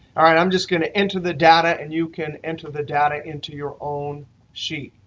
all right, i'm just going to enter the data, and you can enter the data into your own sheet,